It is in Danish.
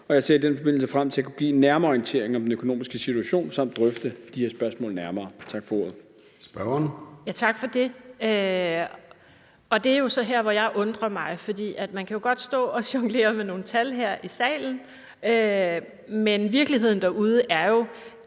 og jeg ser i den forbindelse frem til at kunne give en nærmere orientering om den økonomiske situation samt drøfte de her spørgsmål nærmere. Tak for ordet. Kl. 14:16 Formanden (Søren Gade): Spørgeren. Kl. 14:16 Karina Lorentzen Dehnhardt (SF): Tak for det. Det er så her, jeg undrer mig. For man kan jo godt stå og jonglere med nogle tal her i salen, men virkeligheden derude er,